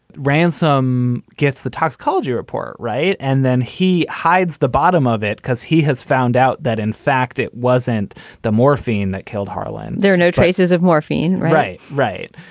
ransom gets the toxicology report. right. and then he hides the bottom of it because he has found out that, in fact, it wasn't the morphine that killed harlan there are no traces of morphine. right right.